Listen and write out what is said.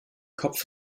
kopf